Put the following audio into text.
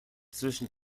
zwischen